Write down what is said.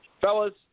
fellas